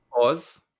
pause